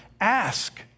ask